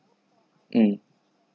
mm ya